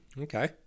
Okay